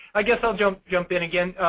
i guess i'll jump jump in again.